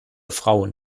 frauen